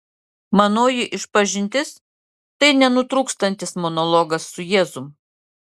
manoji išpažintis tai nenutrūkstantis monologas su jėzum